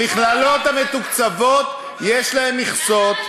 המכללות המתוקצבות, יש להן מכסות.